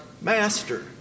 master